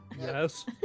Yes